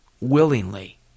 willingly